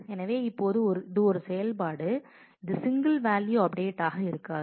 எனவே இப்போது இது ஒரு செயல்பாடு இது சிங்கிள் வேல்யூ அப்டேட் ஆக இருக்காது